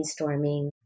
brainstorming